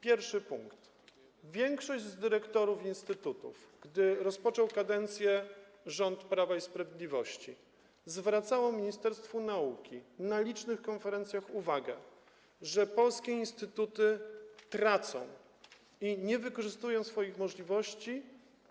Przede wszystkim większość dyrektorów instytutów, gdy rozpoczął kadencję rząd Prawa i Sprawiedliwości, zwracała ministerstwu nauki na licznych konferencjach uwagę, że polskie instytuty tracą i nie wykorzystują swoich możliwości,